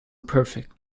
perfect